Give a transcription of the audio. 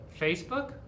Facebook